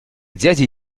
дяде